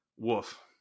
Woof